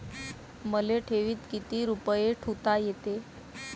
मले ठेवीत किती रुपये ठुता येते?